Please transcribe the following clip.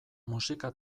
musika